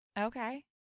Okay